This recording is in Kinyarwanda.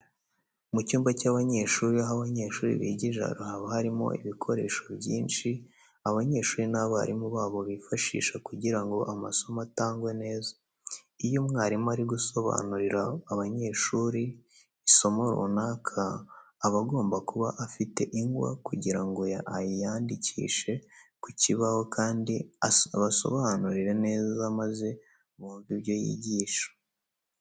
Mu cyumba cy'ishuri aho abanyeshuri bigira haba harimo ibikoresho byinshi abanyeshuri n'abarimu babo bifashisha kugira ngo amasomo atangwe neza. Iyo umwarimu ari gusobanurira abanyeshuri isomo runaka, aba agomba kuba afite ingwa kugira ngo ayandikishe ku kibaho kandi abasobanurire neza maze bumve ibyo yigisha.